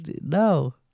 no